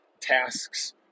tasks